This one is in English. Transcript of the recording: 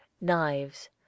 Knives